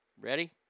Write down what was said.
Ready